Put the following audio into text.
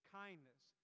kindness